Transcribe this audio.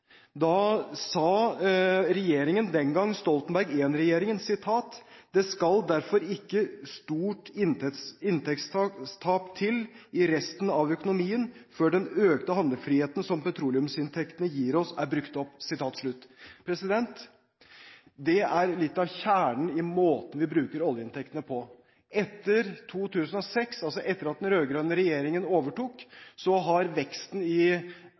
Da sa regjeringen – den gang Stoltenberg I-regjeringen: «Det skal derfor ikke stort inntektstap til i resten av økonomien før den økte handlefriheten som petroleumsinntektene gir, er brukt opp.» Det er litt av kjernen i måten vi bruker oljeinntektene på. Etter 2006, altså etter at den rød-grønne regjeringen overtok, har veksten i